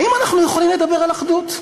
האם אנחנו יכולים לדבר על אחדות?